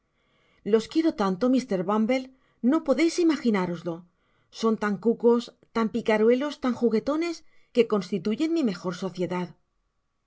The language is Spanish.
los quiero tanto mr bumble no podeis imaginároslo son tan cucos tan picaruelos tan juguetones que constituyen m mejor sociedad